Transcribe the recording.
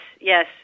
yes